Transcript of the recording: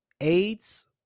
AIDS